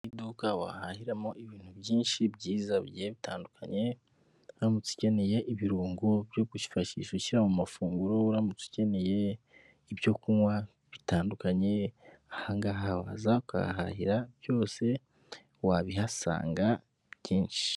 Imodoka wahahiramo ibintu byinshi byiza bitandukanye uramutse ukeneye ibirungo byo ushyira mu mafunguro, uramutse ukeneye ibyo kunywa bitandukanyeza ukahahira byose wabihasanga byinshi.